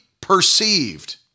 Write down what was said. perceived